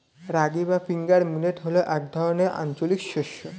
রাগী বা finger millet হল এক ধরনের আঞ্চলিক শস্য